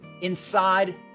inside